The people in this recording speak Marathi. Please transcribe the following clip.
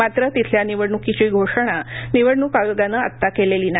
मात्र तिथल्या निवडण्कीची घोषणा निवडणूक आयोगानं आत्ता केलेली नाही